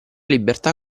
libertà